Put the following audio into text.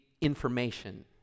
information